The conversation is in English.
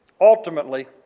Ultimately